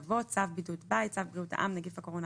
יבוא: ""צו בידוד בית" - צו בריאות העם (נגיף הקורונה